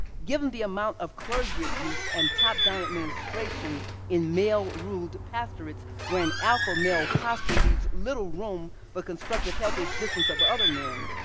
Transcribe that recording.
given the amount of clergy abuse and top-down administration in male-ruled pastorates, where an alpha male posture leaves little room for constructive healthy existence of other men,